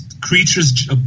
creatures